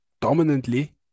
dominantly